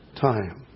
time